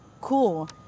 cool